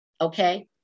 okay